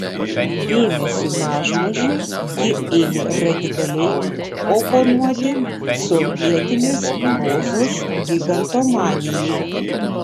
dėmesiu mažmožiui ji ėmė radikaliai oponuoti sovietinės prozos gigantomanijai